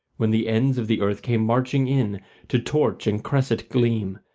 when the ends of the earth came marching in to torch and cresset gleam.